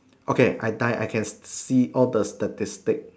okay I die I can see all the statistic